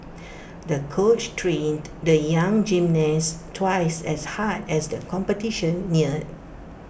the coach trained the young gymnast twice as hard as the competition neared